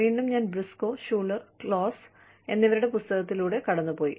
വീണ്ടും ഞാൻ Briscoe Schuler Claus Briscoe Schuler and Claus എന്നിവരുടെ പുസ്തകത്തിലൂടെ കടന്നുപോയി